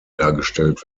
dargestellt